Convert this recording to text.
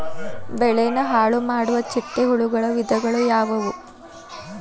ಬೆಳೆನ ಹಾಳುಮಾಡುವ ಚಿಟ್ಟೆ ಹುಳುಗಳ ವಿಧಗಳು ಯಾವವು?